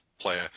player